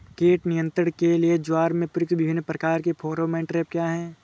कीट नियंत्रण के लिए ज्वार में प्रयुक्त विभिन्न प्रकार के फेरोमोन ट्रैप क्या है?